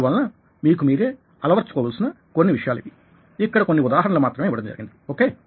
అందువలన మీకు మీరే అలవర్చుకోవలసిన కొన్ని విషయాలు ఇవి ఇక్కడ కొన్ని ఉదాహరణలు మాత్రమే ఇవ్వడం జరిగింది ఓకే